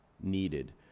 needed